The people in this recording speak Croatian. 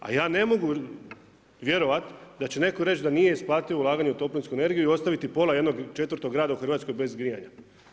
A ja ne mogu vjerovat da će netko reći da nije isplativo ulaganju u toplinsku energiju i ostaviti pola jednog četvrtog grada u Hrvatskoj bez grijanja.